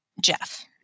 Jeff